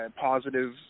positive